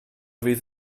fydd